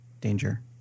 Danger